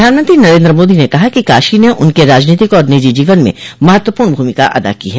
प्रधानमंत्री नरेन्द्र मोदी ने कहा है कि काशी ने उनके राजनीतिक और निजी जीवन में महत्वपूर्ण भूमिका अदा की है